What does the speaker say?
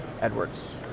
Edwards